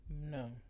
No